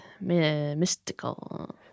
Mystical